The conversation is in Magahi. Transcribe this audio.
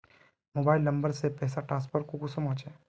मोबाईल नंबर से पैसा ट्रांसफर कुंसम होचे?